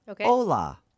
Hola